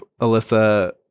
Alyssa